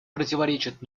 противоречит